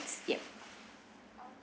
yup